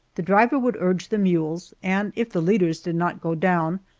the driver would urge the mules, and if the leaders did not go down,